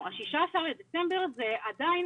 ה-16 בדצמבר זה עדיין